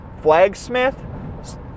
Flagsmith